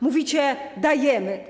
Mówicie: dajemy.